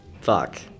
Fuck